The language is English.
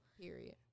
Period